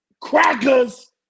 crackers